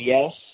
Yes